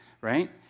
right